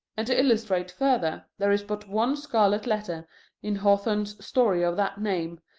and to illustrate further, there is but one scarlet letter in hawthorne's story of that name,